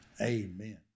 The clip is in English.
Amen